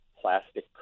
plastic